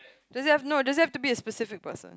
does it have no does it have to be a specific person